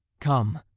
come,